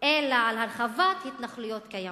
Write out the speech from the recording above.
אלא על הרחבת התנחלויות קיימות,